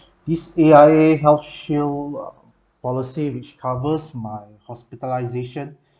this A_I_A health shield uh policy which covers my hospitalisation